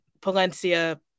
Palencia